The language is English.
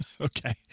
Okay